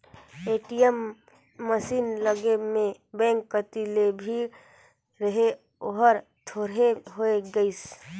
ATM machine लगे में bank कति जे भीड़ रहें ओहर थोरहें होय गईसे